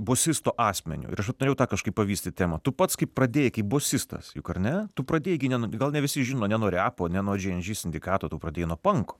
bosisto asmeniu ir aš vat norėjau tą kažkaip pavystyt temą tu pats kaip pradėjai kaip bosistas juk ar ne tu pradėjai gi ne nu gal ne visi žino ne nuo repo ne nuo džy en džy sindikato tu pradėjai nuo panko